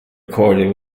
court